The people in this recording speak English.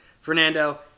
Fernando